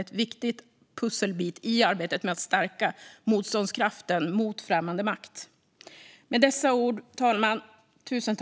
Det är en viktig pusselbit i arbetet med att stärka motståndskraften mot främmande makt.